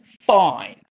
fine